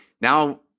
now